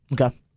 Okay